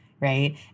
right